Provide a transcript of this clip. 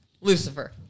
Lucifer